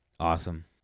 Awesome